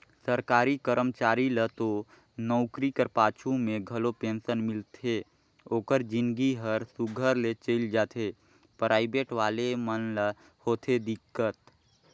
सरकारी करमचारी ल तो नउकरी कर पाछू में घलो पेंसन मिलथे ओकर जिनगी हर सुग्घर ले चइल जाथे पराइबेट वाले मन ल होथे दिक्कत